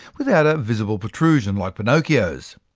without a visible protrusion like pinocchio's.